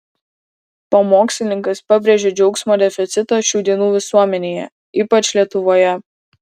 pamokslininkas pabrėžė džiaugsmo deficitą šių dienų visuomenėje ypač lietuvoje